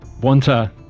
Wanta